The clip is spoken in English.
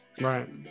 Right